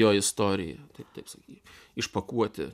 jo istoriją taip sakykim išpakuoti